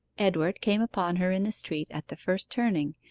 edward came upon her in the street at the first turning,